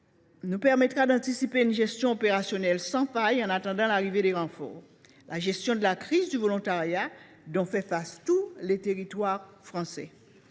à même d’anticiper une gestion opérationnelle sans faille en attendant l’arrivée des renforts et de répondre à la crise du volontariat, qui touche tous les territoires français.